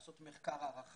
לעשות מחקר הערכה,